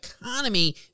economy